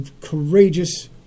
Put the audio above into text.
courageous